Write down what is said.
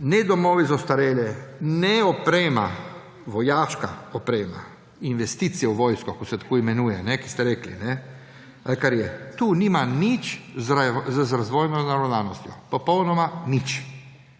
ne domovi za ostarele, ne oprema, vojaška oprema, investicije v vojsko, kot se tako imenuje, kot ste rekli. To nima nič z razvojno naravnanostjo, popolnoma nič.